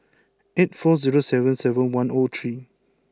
eight four zero seven seven one O three